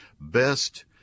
best